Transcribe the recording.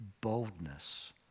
boldness